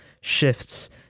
shifts